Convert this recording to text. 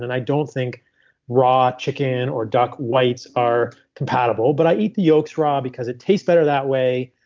and i don't think raw chicken or duck white are compatible. but i eat the yolks raw because it tastes better that way.